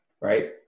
right